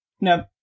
No